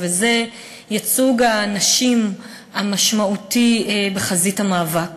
וזה ייצוג הנשים המשמעותי בחזית המאבק.